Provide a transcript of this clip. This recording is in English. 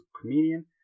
comedian